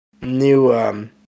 new